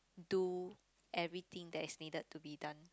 do everything there's needed to be done